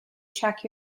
check